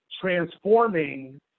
transforming